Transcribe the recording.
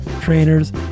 trainers